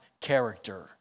character